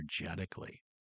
energetically